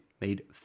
made